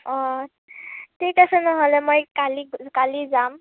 অঁ ঠিক আছে নহ'লে মই কালি কালি যাম